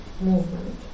movement